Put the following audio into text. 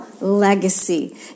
legacy